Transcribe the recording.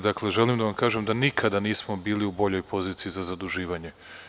Dakle, želim da vam kažem da nikada nismo bili u boljoj poziciji za zaduživanje.